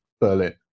Berlin